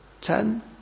Ten